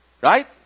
right